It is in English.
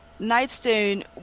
Nightstone